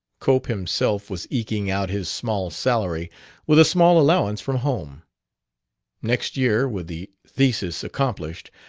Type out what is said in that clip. cope himself was eking out his small salary with a small allowance from home next year, with the thesis accomplished,